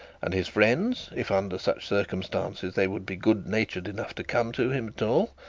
and his friends, if under such circumstances they would be good-natured enough to come to him at all,